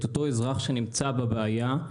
את אותו אזרח שנמצא בבעיה,